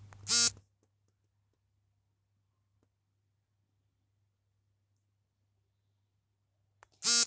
ಕೀಟಗಳ ನಿರ್ವಹಣೆ ಬಗ್ಗೆ ಅಧ್ಯಯನ ಮಾಡುವ ಹಲವಾರು ಕೋರ್ಸಗಳು ವಿಶ್ವವಿದ್ಯಾಲಯಗಳಲ್ಲಿವೆ